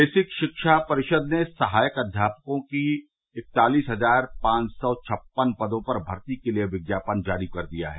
basic शिक्षा परिषद ने सहायक अध्यापकों की इकतालीस हजार पांव सौ छप्पन पदों पर भर्ती के लिए विज्ञापन जारी कर दिया है